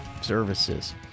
Services